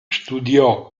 studiò